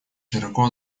широко